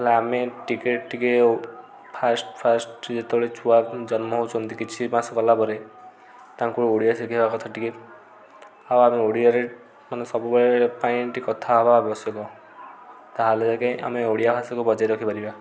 ହେଲେ ଆମେ ଟିକେ ଟିକେ ଫାର୍ଷ୍ଟ୍ ଫାର୍ଷ୍ଟ୍ ଠୁ ଯେତେବେଳେ ଛୁଆ ଜନ୍ମ ହେଉଛନ୍ତି କିଛି ମାସ ଗଲା ପରେ ତାଙ୍କୁ ଓଡ଼ିଆ ଶିଖେଇବା କଥା ଟିକେ ଆଉ ଆମେ ଓଡ଼ିଆରେ ମାନେ ସବୁବେଳେ ଏମିତି କଥା ହବା ଆବଶ୍ୟକ ତାହେଲେ ଯାଇକି ଆମେ ଓଡ଼ିଆ ଭାଷାକୁ ବଜାୟ ରଖିପାରିବ